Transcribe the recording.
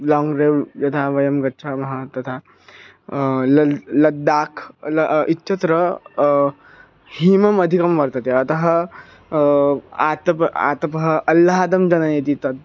long drive यथा वयं गच्छामः तथा लल् लद्दाक् इत्यत्र हिमः अधिकः वर्तते अतः आतपः आतपः आह्लादं जनयति तत्